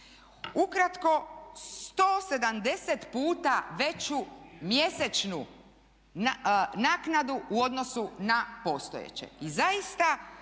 Ukratko 170 puta veću mjesečnu naknadu u odnosu na postojeće.